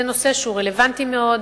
זה נושא שהוא רלוונטי מאוד,